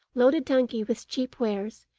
load a donkey with cheap wares,